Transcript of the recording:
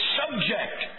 subject